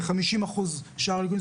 ו-50% שאר הליקויים,